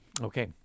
Okay